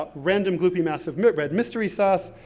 but random gloopy massive but red mystery sauce,